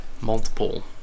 Multiple